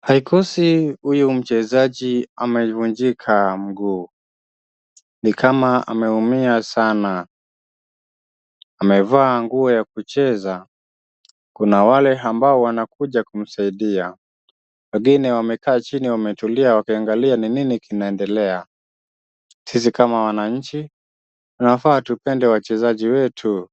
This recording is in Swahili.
Haikosi huyu mchezaji amevunjika mguu. Ni kama ameumia sana. Amevaa nguo ya kucheza. Kuna wale ambao wanakuja kumsaidia. Wengine wamekaa chini wametulia wakiangalia ni nini kinaendelea. Sisi kama wananchi tunafaa tupende wachezaji wetu